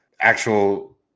actual